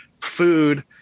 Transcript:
food